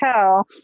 tell